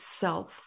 self